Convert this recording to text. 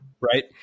Right